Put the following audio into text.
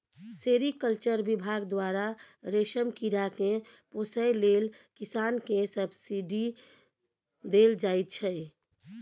sericulture बिभाग द्वारा रेशम कीरा केँ पोसय लेल किसान केँ सब्सिडी देल जाइ छै